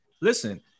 listen